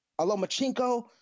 Alomachenko